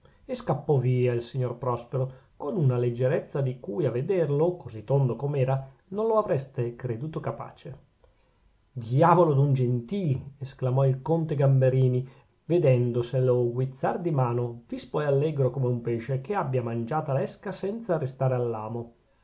e scappò via il signor prospero con una leggerezza di cui a vederlo così tondo com'era non lo avreste creduto capace diavolo d'un gentili esclamò il conte gamberini vedendoselo guizzar di mano vispo ed allegro come un pesce che abbia mangiata l'esca senza restare all'amo